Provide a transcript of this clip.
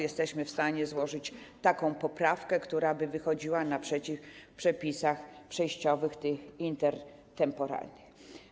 Jesteśmy w stanie złożyć poprawkę, która wychodziłaby naprzeciw, w przepisach przejściowych, intertemporalnych.